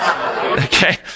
Okay